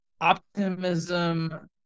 Optimism